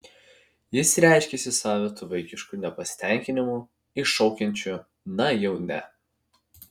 jis reiškiasi savitu vaikišku nepasitenkinimu iššaukiančiu na jau ne